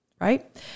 right